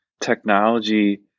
technology